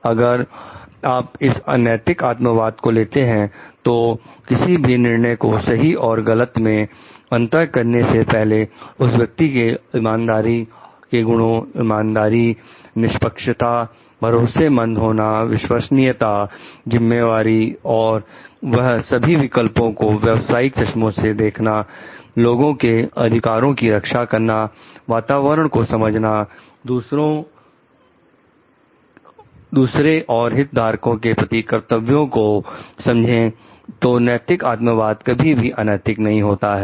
अगर आप इस नैतिक आत्मवाद को लेते हैं तो किसी भी निर्णय को सही और गलत में अंतर करने से पहले उस व्यक्ति के इमानदारी के गुणों ईमानदारी निष्पक्षता भरोसेमंद होनाविश्वसनीयता जिम्मेवारी और वह सभी विकल्पों को व्यवहारिक चश्मे से देखना लोगों के अधिकारों की रक्षा करना वातावरण को समझना दूसरोंऔर हित धारको के प्रति कर्तव्यों को समझे तो नैतिक आत्मवाद कभी भी अनैतिक नहीं होता है